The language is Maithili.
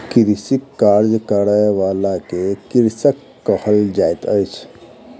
कृषिक कार्य करय बला के कृषक कहल जाइत अछि